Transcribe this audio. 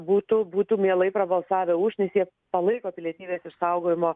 būtų būtų mielai prabalsavę už nes jie palaiko pilietybės išsaugojimo